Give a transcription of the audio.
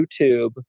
YouTube